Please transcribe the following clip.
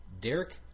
Derek